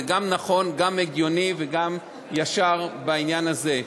זה גם נכון, גם הגיוני וגם ישר בעניין הזה.